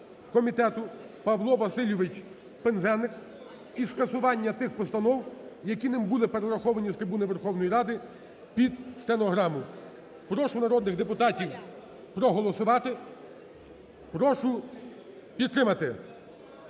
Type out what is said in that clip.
комітету Павло Васильович Пинзеник, і скасування тих постанов, які ним були перераховані з трибуни Верховної Ради під стенограму. Прошу народних депутатів проголосувати, прошу підтримати.